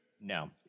No